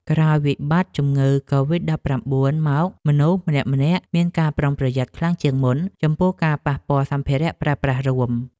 ក្រោយវិបត្តិជំងឺកូវីដដប់ប្រាំបួនមកមនុស្សម្នាក់ៗមានការប្រុងប្រយ័ត្នខ្លាំងជាងមុន ចំពោះការប៉ះពាល់សម្ភារៈប្រើប្រាស់រួម។